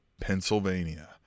pennsylvania